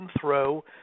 throw